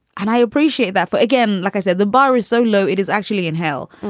and i appreciate that. but again, like i said, the bar is so low, it is actually in hell.